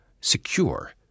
secure